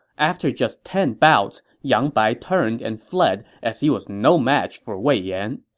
after just ten bouts, yang bai turned and fled as he was no match for wei yan.